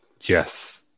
Yes